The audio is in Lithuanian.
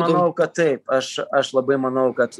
manau kad taip aš aš labai manau kad